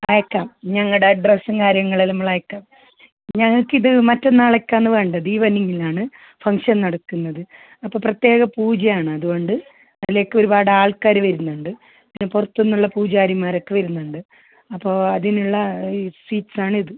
അയക്കാം ഞങ്ങളുടെ അഡ്രസ്സും കാര്യങ്ങൾ നമ്മളയക്കാം ഞങ്ങൾക്കിത് മറ്റന്നാളേക്കാണ് വേണ്ടത് ഈവനിംഗിലാണ് ഫംഗ്ഷൻ നടക്കുന്നത് അപ്പോൾ പ്രത്യേക പൂജയാണ് അതുകൊണ്ട് അതിലേക്ക് ഒരുപാട് ആൾക്കാർ വരുന്നുണ്ട് പുറത്തുന്നുള്ള പൂജാരിമാരൊക്കെ വരുന്നുണ്ട് അപ്പോൾ അതിനുള്ള ഈ സ്വീറ്റ്സാണ് ഇത്